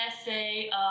essay